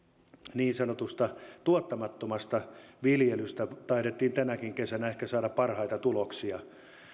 niin sanotusta tuottamattomasta viljelystä taidettiin tänäkin kesänä ehkä saada parhaita tuloksia